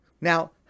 Now